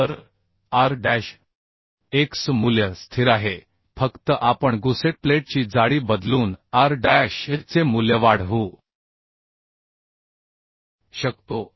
तर R dash x मूल्य स्थिर आहे फक्त आपण गुसेट प्लेटची जाडी बदलून R डॅश y चे मूल्य वाढवू शकतो